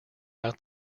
out